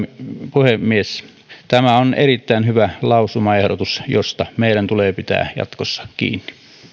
puhemies tämä on erittäin hyvä lausumaehdotus josta meidän tulee pitää jatkossa kiinni